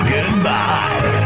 Goodbye